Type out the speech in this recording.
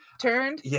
turned